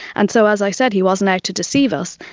and so, as i said, he wasn't out to deceive us,